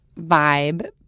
vibe